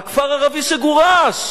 על כפר ערבי שגורש,